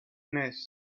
nest